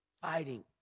fighting